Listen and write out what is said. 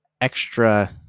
extra